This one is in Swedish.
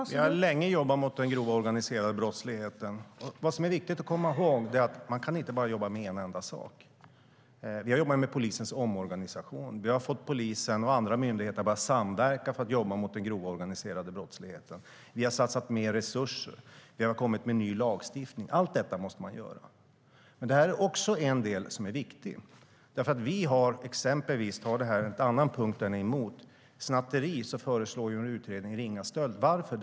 Fru talman! Vi har länge jobbat mot den grova organiserade brottsligheten, och vad som är viktigt att komma ihåg är att man inte kan jobba med enbart en sak. Vi har jobbat med polisens omorganisation, och vi har fått polisen och andra myndigheter att börja samverka för att jobba mot den grova organiserade brottsligheten. Vi har satsat mer resurser, och vi har kommit med ny lagstiftning. Allt detta måste man göra. Det här är dock en del som också är viktig. Vi har exempelvis - jag tar en annan punkt där ni är emot - snatteri, där utredningen föreslår ringa stöld. Varför?